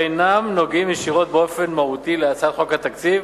אינם נוגעים ישירות באופן מהותי להצעת חוק התקציב